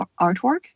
artwork